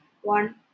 one